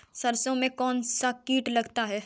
सरसों में कौनसा कीट लगता है?